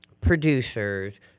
producers